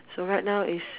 so right now is